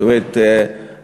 זאת אומרת,